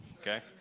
Okay